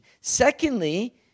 Secondly